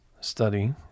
study